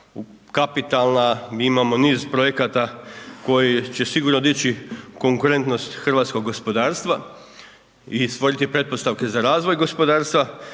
kapitalna, mi imamo niz projekata koji će sigurno dići konkurentnost hrvatskog gospodarstva i stvoriti pretpostavke za razvoj gospodarstva,